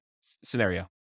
scenario